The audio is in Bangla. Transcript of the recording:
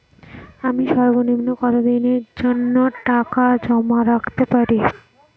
আমি সর্বনিম্ন কতদিনের জন্য টাকা জমা রাখতে পারি?